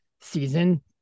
season